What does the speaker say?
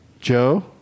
Joe